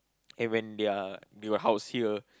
and when they are they have a house here